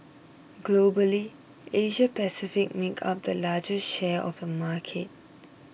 Globally Asia Pacific makes up the largest share of the market